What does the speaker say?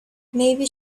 maybe